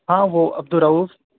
ہاں وہ عبد الرؤف